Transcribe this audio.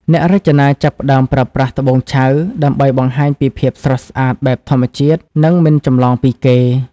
អ្នករចនាចាប់ផ្ដើមប្រើប្រាស់ "ត្បូងឆៅ" ដើម្បីបង្ហាញពីភាពស្រស់ស្អាតបែបធម្មជាតិ និងមិនចម្លងពីគេ។